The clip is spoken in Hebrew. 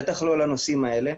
בטח לא לנושאים האלה,